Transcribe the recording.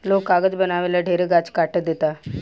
लोग कागज बनावे ला ढेरे गाछ काट देता